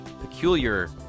peculiar